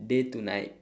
day to night